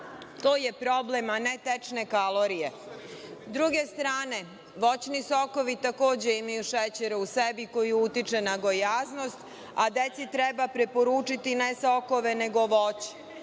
to je problem, a ne tečne kalorije.S druge strane, voćni sokovi, takođe imaju šećera u sebi koji utiče na gojaznost, a deci treba preporučiti ne sokove nego voće.